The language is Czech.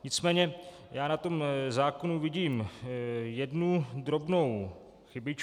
Nicméně já na tom zákonu vidím jednu drobnou chybičku.